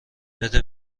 بده